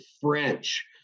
French